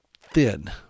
thin